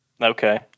Okay